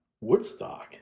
Woodstock